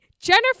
Jennifer